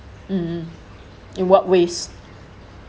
mmhmm in what ways